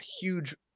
huge